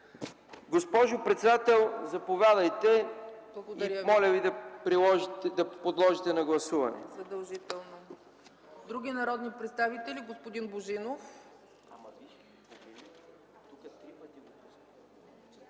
Госпожо председател, заповядайте, и моля Ви да подложите на гласуване.